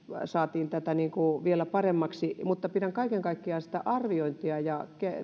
tätä saatiin vielä paremmaksi mutta pidän kaiken kaikkiaan sitä arviointia ja